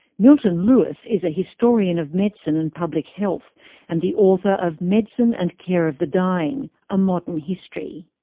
milton lewis is a historian of medicine and public health and the author of medicine and care of the dying a modern history.